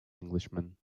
englishman